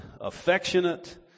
affectionate